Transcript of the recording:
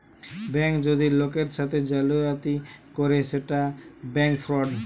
bank যদি লোকের সাথে জালিয়াতি করে সেটা ব্যাঙ্ক ফ্রড